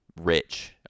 rich